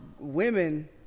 women